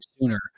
sooner